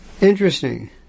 Interesting